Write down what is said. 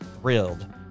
thrilled